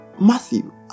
Matthew